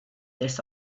this